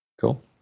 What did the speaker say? Cool